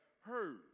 heard